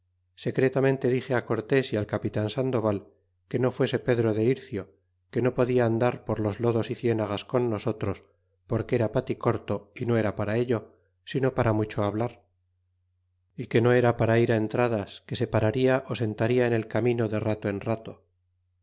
secretamente dixe cortés y al capitan sandoval que no fuese pedro de ircio que no podia andar por los lodos y cienagas con nosotros porque era paticorto y no era para ello sino para mucho hablar y que no era para ir entradas que se pararia ó sentarla en el camino de rato en rato